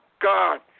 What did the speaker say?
God